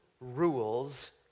rules